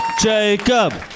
Jacob